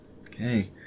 Okay